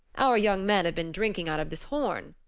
our young men have been drinking out of this horn,